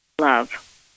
love